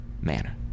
manner